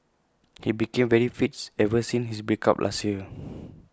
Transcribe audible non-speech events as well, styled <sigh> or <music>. he became very fits ever since his break up last year <noise>